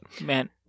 Man